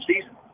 season